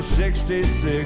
66